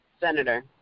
Senator